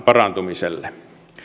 parantumiselle